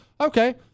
okay